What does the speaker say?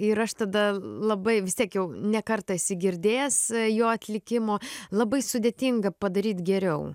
ir aš tada labai vis tiek jau ne kartą esi girdėjęs jo atlikimo labai sudėtinga padaryt geriau